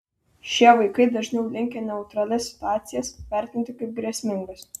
šie vaikai dažniau linkę neutralias situacijas vertinti kaip grėsmingas